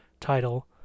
title